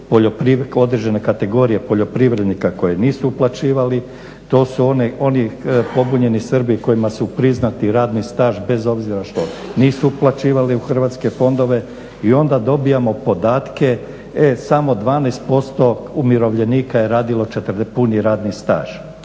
određene kategorije poljoprivrednika koji nisu uplaćivali, to su oni pobunjeni Srbi kojima su priznati radni staž bez obzira što nisu uplaćivali u hrvatske fondove i onda dobivamo podatke e samo 12% umirovljenika je radilo puni radni staž.